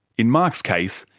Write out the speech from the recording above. in mark's case,